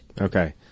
Okay